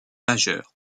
majeure